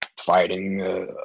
fighting